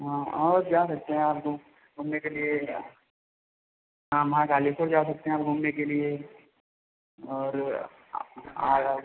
हाँ और जा सकते हैं आप वह घूमने के लिए हाँ महाकलेश्वर जा सकते हैं आप घूमने के लिए और अब